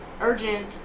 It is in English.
urgent